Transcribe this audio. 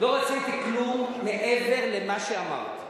לא רציתי כלום מעבר למה שאמרתי.